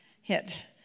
hit